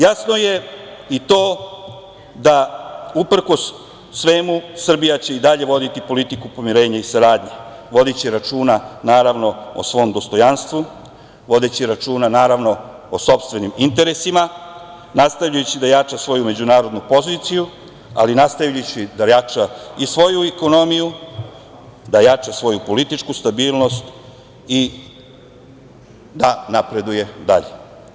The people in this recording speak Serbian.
Jasno je i to da uprkos svemu Srbija će i dalje voditi politiku pomirenja i saradnje, vodiće računa, naravno o svom dostojanstvu vodeći računa, naravno o sopstvenim interesima, nastavljajući da jača svoju međunarodnu poziciju, ali nastavljajući da jača i svoju ekonomiju, da jača svoju političku stabilnost i da napreduje dalje.